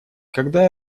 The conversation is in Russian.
когда